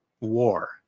war